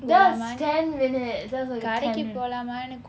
that was ten minutes that was like a ten minute